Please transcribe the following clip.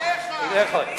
מייבאים.